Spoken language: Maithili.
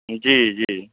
जी जी